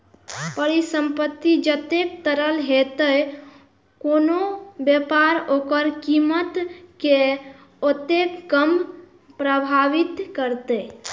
परिसंपत्ति जतेक तरल हेतै, कोनो व्यापार ओकर कीमत कें ओतेक कम प्रभावित करतै